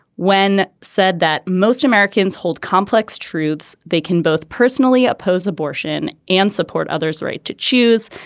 wen said that most americans hold complex truths they can both personally oppose abortion and support others right to choose.